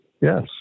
Yes